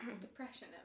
depression